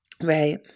Right